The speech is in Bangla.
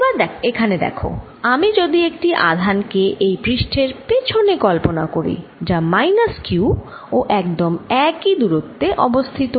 এবার এখানে দেখ আমি যদি একটি আধান এই পৃষ্ঠের পেছনে কল্পনা করি যা মাইনাস q ও একদম একই দূরত্বে অবস্থিত